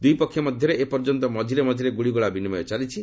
ଦୁଇପକ୍ଷ ମଧ୍ୟରେ ଏ ପର୍ଯ୍ୟନ୍ତ ମଝିରେମଝିରେ ଗୁଳିଗୋଳା ବିନିମୟ ଚାଲିଛି